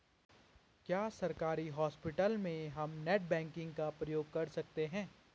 क्या सरकारी हॉस्पिटल में भी हम नेट बैंकिंग का प्रयोग कर सकते हैं?